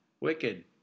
Wicked